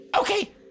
okay